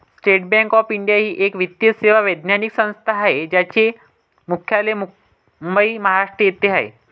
state Bank of India ही एक वित्तीय सेवा वैधानिक संस्था आहे ज्याचे मुख्यालय मुंबई, महाराष्ट्र येथे आहे